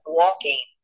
walking